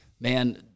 man –